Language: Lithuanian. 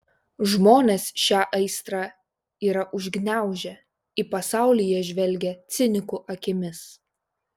žmonės šią aistrą yra užgniaužę į pasaulį jie žvelgia cinikų akimis